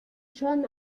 schon